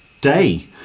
day